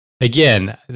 again